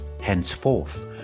henceforth